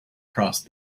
crossed